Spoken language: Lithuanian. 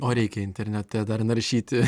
o reikia internete dar naršyti